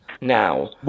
Now